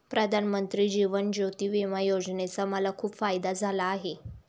प्रधानमंत्री जीवन ज्योती विमा योजनेचा मला खूप फायदा झाला आहे